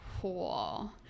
cool